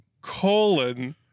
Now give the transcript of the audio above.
Colon